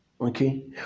Okay